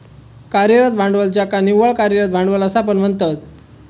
कार्यरत भांडवल ज्याका निव्वळ कार्यरत भांडवल असा पण म्हणतत